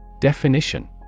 Definition